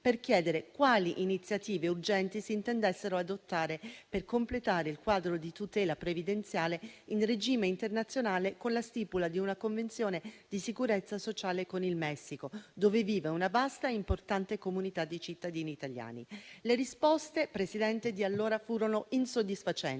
per chiedere quali iniziative urgenti si intendessero adottare per completare il quadro di tutela previdenziale in regime internazionale con la stipula di una convenzione di sicurezza sociale con il Messico, dove vive una vasta e importante comunità di cittadini italiani. Le risposte di allora furono insoddisfacenti.